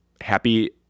happy